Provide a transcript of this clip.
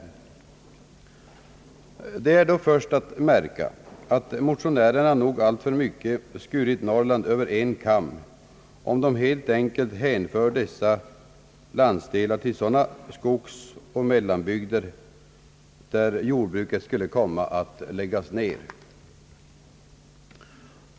Det är först att märka att motionärerna nog alltför mycket skurit Norrland över en kam när de utan vidare hänfört denna landsdel till sådana skogsoch mellanbygder där jordbruket skulle komma att läggas ned.